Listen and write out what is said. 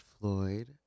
Floyd